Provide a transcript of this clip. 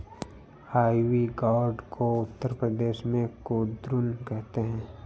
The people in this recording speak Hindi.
आईवी गौर्ड को उत्तर प्रदेश में कुद्रुन कहते हैं